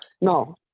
No